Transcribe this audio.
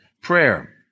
prayer